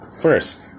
First